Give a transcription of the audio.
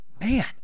man